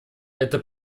это